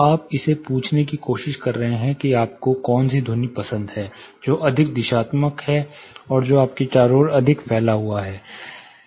तो आप उसे पूछने की कोशिश कर रहे हैं कि आपको कौन सी ध्वनि पसंद है जो अधिक दिशात्मक है और जो आपके चारों ओर अधिक फैला हुआ है